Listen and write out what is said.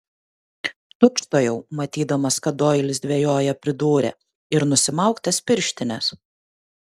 tučtuojau matydamas kad doilis dvejoja pridūrė ir nusimauk tas pirštines